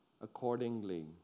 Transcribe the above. accordingly